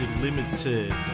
Limited